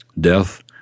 Death